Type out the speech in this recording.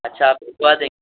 اچھا آپ بھجوا دیں گے